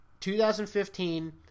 2015